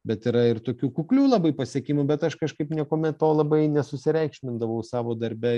bet yra ir tokių kuklių labai pasiekimų bet aš kažkaip niekuomet to labai nesusireikšmindavau savo darbe